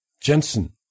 Jensen